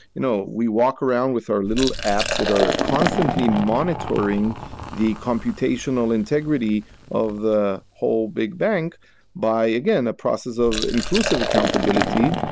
you know we walk around with our little apps that are constantly monitoring the computational integrity of the whole big bank by, again, the process of inclusive accountability,